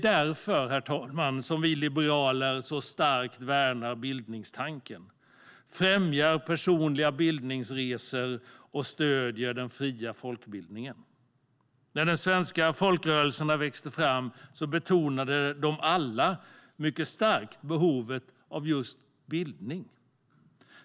Därför värnar vi liberaler bildningstanken, främjar personliga bildningsresor och stöder den fria folkbildningen. När de svenska folkrörelserna växte fram betonade de alla mycket starkt behovet av just bildning.